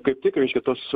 kaip tik reiškia tos